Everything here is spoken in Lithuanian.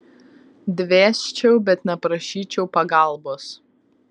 dvėsčiau bet neprašyčiau pagalbos